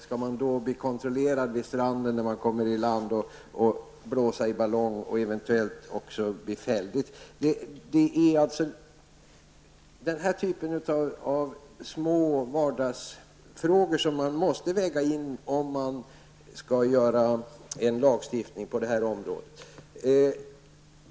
Skall man då bli kontrollerad vid stranden när man kommer tillbaka, blåsa i ballong och eventuellt bli fälld? Det är denna typ av små vardagsfrågor som måste vägas in, om man vill lagstifta på det här området.